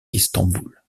istanbul